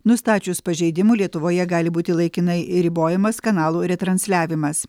nustačius pažeidimų lietuvoje gali būti laikinai ribojamas kanalų retransliavimas